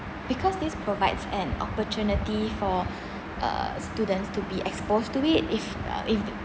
because this provides an opportunity for uh students to be exposed to it if uh if